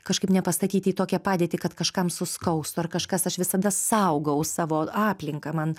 kažkaip ne pastatyti į tokią padėtį kad kažkam suskaustų ar kažkas aš visada saugau savo aplinką man